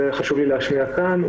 וחשוב לי להשמיע את זה כאן,